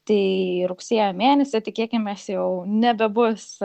tai rugsėjo mėnesį tikėkimės jau nebebus